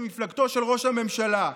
ממפלגתו של ראש הממשלה.